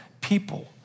people